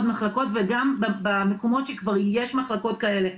מחלקות וגם במקומות שכבר יש מחלקות כאלה,